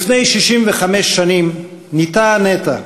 לפני 65 שנים ניטע הנטע,